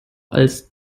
als